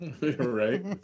right